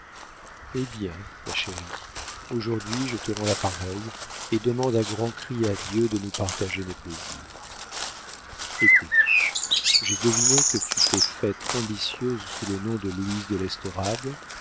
eh bien ma chérie aujourd'hui je te rends la pareille et demande à grands cris à dieu de nous partager mes plaisirs écoute j'ai deviné que tu t'es faite ambitieuse sous le nom de louis de l'estorade